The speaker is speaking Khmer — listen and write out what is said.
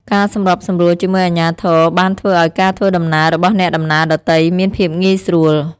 ការសម្របសម្រួលជាមួយអាជ្ញាធរបានធ្វើឱ្យការធ្វើដំណើររបស់អ្នកដំណើរដទៃមានភាពងាយស្រួល។